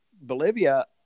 Bolivia